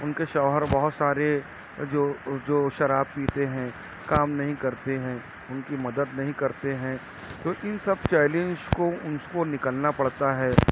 ان کے شوہر بہت سارے جو جو شراب پیتے ہیں کام نہیں کرتے ہیں ان کی مدد نہیں کرتے ہیں تو ان سب چیلنج کو اس کو نکلنا پڑتا ہے